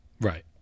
Right